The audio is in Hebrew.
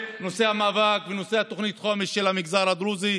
נושא המאבק ונושא תוכנית החומש של המגזר הדרוזי.